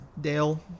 Dale